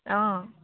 অঁ